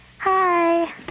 Hi